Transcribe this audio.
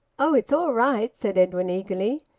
oh! it's all right, said edwin eagerly.